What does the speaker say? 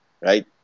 right